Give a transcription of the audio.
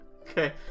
Okay